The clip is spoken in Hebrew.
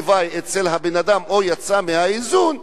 לוואי אצל הבן-אדם או שהוא יצא מהאיזון,